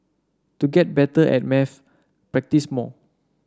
to get better at maths practise more